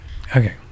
Okay